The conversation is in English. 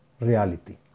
reality